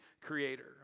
creator